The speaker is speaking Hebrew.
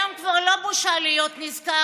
היום כבר לא בושה להיות נזקק.